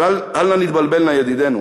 אבל אל נא נתבלבל, ידידינו.